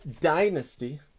Dynasty